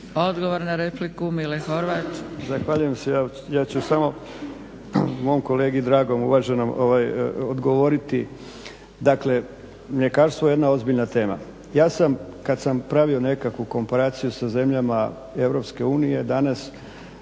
Odgovor na repliku, Mile Horvat.